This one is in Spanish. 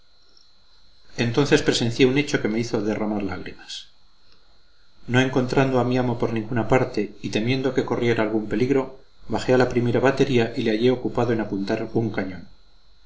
entonces presencié un hecho que me hizo derramar lágrimas no encontrando a mi amo por ninguna parte y temiendo que corriera algún peligro bajé a la primera batería y le hallé ocupado en apuntar un cañón